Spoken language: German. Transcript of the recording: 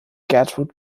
gertrud